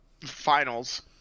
finals